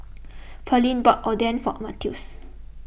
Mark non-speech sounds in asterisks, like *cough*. *noise* Pearline bought Oden for Mathews